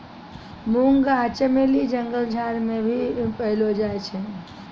मुंगा चमेली जंगल झाड़ मे भी पैलो जाय छै